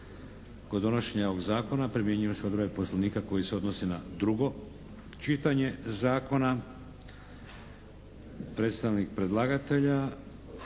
Kod donošenja ovog zakona primjenjuju se odredbe Poslovnika koje se odnose na drugo čitanje zakona. Predstavnik predlagatelja,